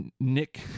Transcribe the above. nick